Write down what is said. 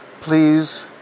Please